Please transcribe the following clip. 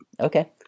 Okay